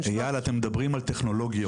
אייל, אתם מדברים על טכנולוגיות.